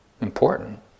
important